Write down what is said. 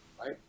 right